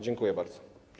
Dziękuję bardzo.